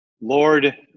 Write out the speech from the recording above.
Lord